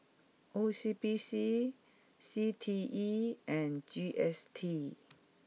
O C B C C T E and G S T